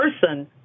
person